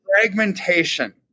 fragmentation